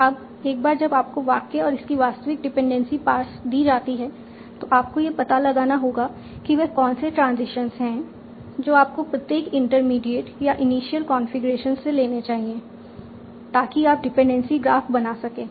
अब एक बार जब आपको वाक्य और इसकी वास्तविक डिपेंडेंसी पार्स दी जाती है तो आपको यह पता लगाना होगा कि वे कौन से ट्रांजिशंस हैं जो आपको प्रत्येक इंटरमीडिएट या इनिशियल कॉन्फ़िगरेशन से लेने चाहिए ताकि आप डिपेंडेंसी ग्राफ बना सकें